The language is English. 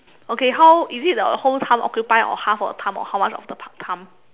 okay how is it the whole thumb occupy or half of the thumb or how much of the thu~ thumb